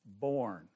born